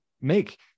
make